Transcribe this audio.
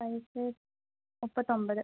വയസ്സ് മുപ്പത്തൊൻപത്